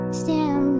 stand